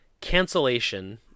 cancellation